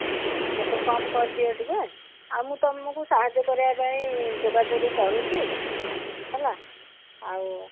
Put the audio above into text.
ହଁ କେତେ କମ୍ କରିଦିଅ ଟିକେ ଆଉ ମୁଁ ତମକୁ ସାହାଯ୍ୟ କରିବା ପାଇଁ ଯୋଗାଯୋଗ କରୁଛି ହେଲା ଆଉ